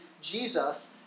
Jesus